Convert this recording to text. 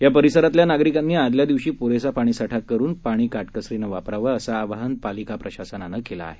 या परिसरातल्या नागरिकांनी आदल्या दिवशी पुरेसा पाणीसाठा करून पाणी काटकसरीनं वापरावं असं आवाहन पालिका प्रशासनानं केलं आहे